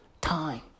time